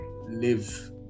live